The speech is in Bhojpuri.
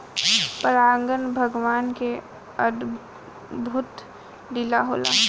परागन भगवान के अद्भुत लीला होला